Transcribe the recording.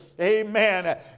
amen